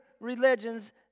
religions